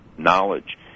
Knowledge